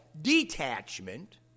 detachment